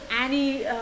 Annie